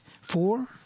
four